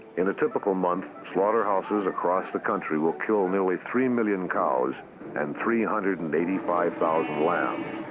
in a typical month, slaughterhouses across the country will kill nearly three million cows and three hundred and eighty five thousand lambs.